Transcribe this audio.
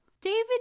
David